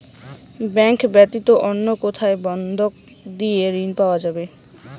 Bank ব্যাতীত অন্য কোথায় বন্ধক দিয়ে ঋন পাওয়া যাবে?